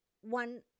One